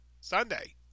Sunday